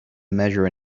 measure